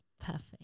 Perfect